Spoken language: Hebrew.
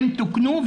הן תוקנו,